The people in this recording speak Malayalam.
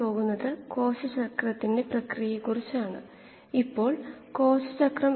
കഴിഞ്ഞ പ്രഭാഷണത്തിൽ പ്രാക്ടീസ് പ്രശ്നങ്ങളിലൊന്ന് നമ്മൾ പരിഹരിച്ചിരുന്നു